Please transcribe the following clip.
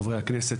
חברי הכנסת,